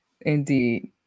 indeed